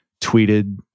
tweeted